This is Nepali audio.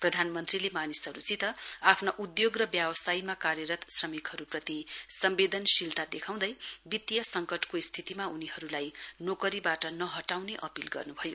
प्रधानमन्त्रीले मानिसहरुसित आफ्ना उद्घोग र व्यवसायमा कार्यरत श्रमिकहरुप्रति सम्वेदनशीलता देखाउँदै वित्तीय संकटको स्थितिमा उनीहरुलाई नोकरीवाट नहटाउने अपील गर्नुभयो